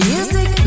Music